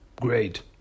great